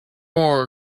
more